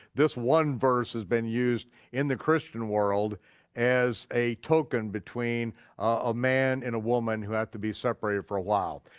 this one verse has been used in the christian world as a token between a man and a woman who have to be separated for a while,